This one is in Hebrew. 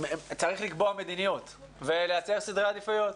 צריך לקבוע מדיניות ולייצר סדרי עדיפויות,